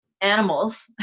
animals